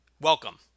Welcome